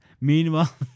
Meanwhile